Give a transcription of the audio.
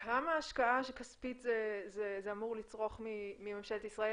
כמה השקעה כספית זה אמור לצרוך ממשלת ישראל?